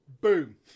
Boom